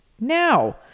Now